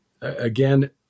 again